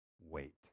wait